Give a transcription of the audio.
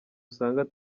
usanga